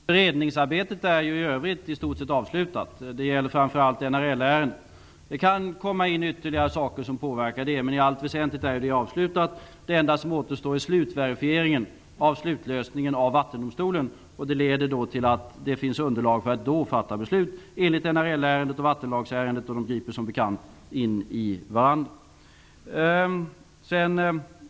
Fru talman! På den senare frågan kan jag svara: Ja, det kommer vi att göra. Beredningsarbetet är i övrigt i stort sett avslutat. Det gäller framför allt NRL-ärenden. Det kan komma in ytterligare saker som påverkar, men i allt väsentligt är arbetet avslutat. Det enda som återstår är slutverifieringen av slutlösningen av Vattendomstolen. Detta leder till att det finns underlag för att då fatta beslut enligt NRL-ärendet och vattenlagsärendet, och dessa griper som bekant in i varandra.